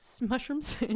mushrooms